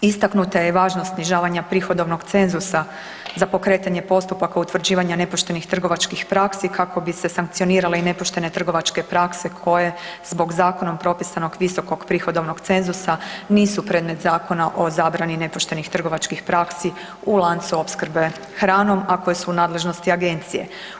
Istaknuta je važnost snižavanja prihodovnog cenzusa za pokretanje postupaka utvrđivanja nepoštenih trgovačkih praksi kako bi se sankcionirale i nepoštene trgovačke prakse koje zbog zakonom propisanog visokog prihodovnog cenzusa nisu predmet Zakona o zabrani nepoštenih trgovačkih praksi u lancu opskrbe hranom, a koje su u nadležnosti agencije.